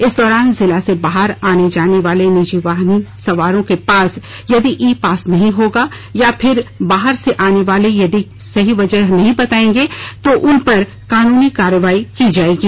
इस दौरान जिला से बाहर आने जाने वाले निजी वाहन सवारों के पास यदि ई पास नहीं होगा या फिर बाहर से आनेवाले यदि सही वजह नहीं बताएंगे तो उन पर कानूनी कार्रवाई की जाएगी